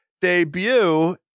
debut